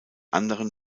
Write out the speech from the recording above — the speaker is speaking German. anderen